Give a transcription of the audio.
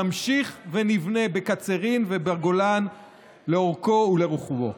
נמשיך ונבנה בקצרין ובגולן לאורכו ולרוחבו.